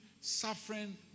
suffering